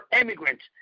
immigrants